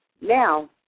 Now